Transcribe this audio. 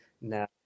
Now